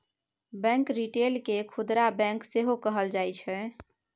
bank retail केँ खुदरा bank सेहो कहल जाइ छै